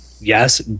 yes